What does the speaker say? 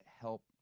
help